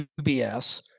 UBS